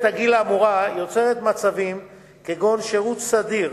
הגיל האמורה יוצרת מצבים כגון שירות סדיר,